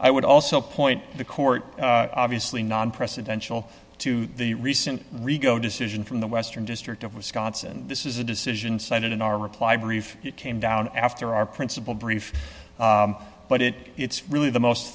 i would also point the court obviously non presidential to the recent rico decision from the western district of wisconsin this is a decision cited in our reply brief came down after our principal brief but it it's really the most